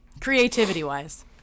Creativity-wise